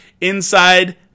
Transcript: Inside